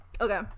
okay